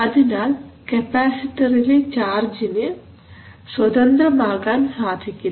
അതിനാൽ കപ്പാസിറ്ററിലെ ചാർജിന് സ്വതന്ത്രമാകാൻ സാധിക്കില്ല